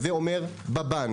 שזה אומר בבנק,